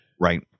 right